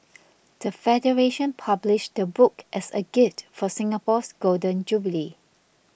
the federation published the book as a gift for Singapore's Golden Jubilee